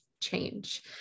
change